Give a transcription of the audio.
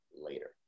later